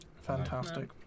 Fantastic